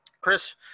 Chris